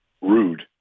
rude